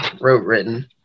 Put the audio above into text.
Wrote-written